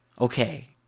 Okay